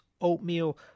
oatmeal